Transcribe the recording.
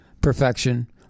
perfection